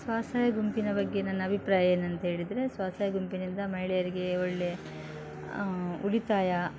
ಸ್ವಸಹಾಯ ಗುಂಪಿನ ಬಗ್ಗೆ ನನ್ನ ಅಭಿಪ್ರಾಯ ಏನಂಥೇಳಿದ್ರೆ ಸ್ವಸಹಾಯ ಗುಂಪಿನಿಂದ ಮಹಿಳೆಯರಿಗೆ ಒಳ್ಳೆ ಉಳಿತಾಯ